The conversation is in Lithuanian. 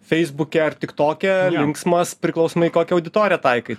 feisbuke ar tik tik toke linksmas priklausomai į kokią auditoriją taikai